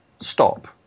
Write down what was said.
stop